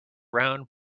round